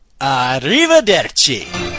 Arrivederci